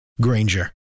Granger